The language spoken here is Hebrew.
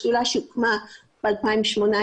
שדולה שהוקמה ב-2018,